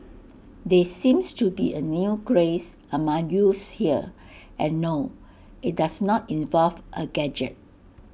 there seems to be A new craze among youths here and no IT does not involve A gadget